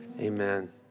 amen